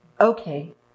okay